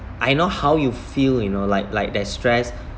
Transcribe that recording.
I know how you feel you know like like that stress